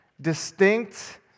distinct